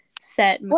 set